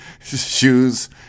shoes